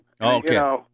Okay